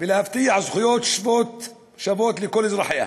ולהבטיח זכויות שוות לכל אזרחיה.